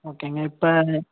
ஓகேங்க இப்போ